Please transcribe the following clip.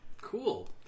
Cool